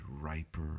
riper